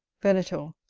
venator.